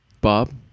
Bob